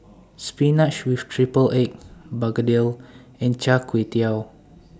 Spinach with Triple Egg Begedil and Char Kway Teow